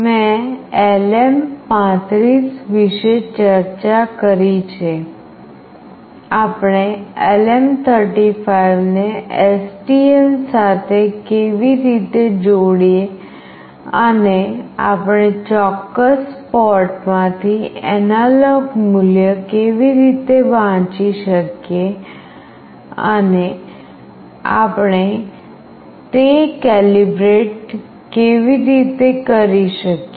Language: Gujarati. મેં LM35 વિશે ચર્ચા કરી છે આપણે LM35 ને STM સાથે કેવી રીતે જોડીએ અને આપણે ચોક્કસ પોર્ટમાંથી એનાલોગ મૂલ્ય કેવી રીતે વાંચી શકીએ અને આપણે તે કેલિબ્રેટ કેવી રીતે કરી શકીએ